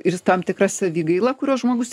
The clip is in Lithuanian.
ir tam tikra savigaila kurios žmogus